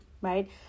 right